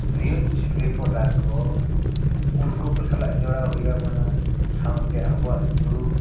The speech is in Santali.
ᱱᱤᱭᱩᱡᱽ ᱨᱤᱯᱳᱴᱟᱨ ᱠᱚ ᱩᱱᱠᱩ ᱠᱚ ᱥᱟᱞᱟᱜ ᱡᱚᱲᱟᱣ ᱦᱩᱭ ᱟᱵᱚᱱᱟ ᱥᱟᱶᱛᱮ ᱟᱵᱚᱣᱟᱜ ᱫᱩᱠ